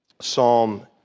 Psalm